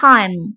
Time